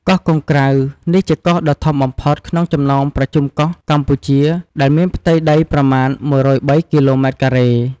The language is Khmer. កោះកុងក្រៅ នេះជា កោះដ៏ធំបំផុត ក្នុងចំណោមប្រជុំកោះកម្ពុជា ដែលមានផ្ទៃដីប្រមាណ ១០៣ គីឡូម៉ែត្រការ៉េ។